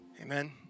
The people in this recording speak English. Amen